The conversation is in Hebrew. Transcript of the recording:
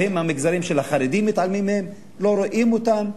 והם המגזרים של החרדים שמתעלמים מהם ולא רואים אותם,